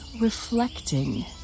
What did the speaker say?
reflecting